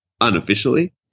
unofficially